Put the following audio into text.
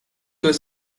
was